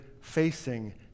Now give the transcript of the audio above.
facing